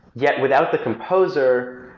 yet without the composer,